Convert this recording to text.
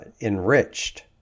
enriched